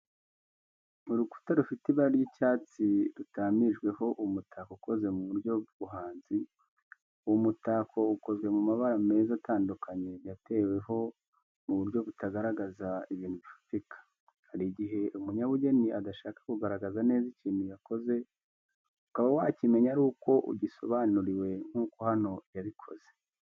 Urukuta rufite ibara ry’icyatsi rutamirijweho umutako ukoze mu buryo bw’ubuhanzi. Uwo mutako ukozwe mu mabara meza atandukanye yateweho mu buryo butagaragaza ibintu bifatika. Hari igihe umunyabugeni adashaka kugaragaza neza ikintu yakoze, ukaba wakimenya aruko akigusobanuriye nk'uko hano yabikoze.